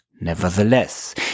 Nevertheless